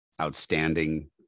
outstanding